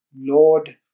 Lord